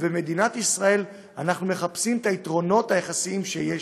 ובמדינת ישראל אנחנו מחפשים את היתרונות היחסיים שיש.